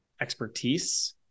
expertise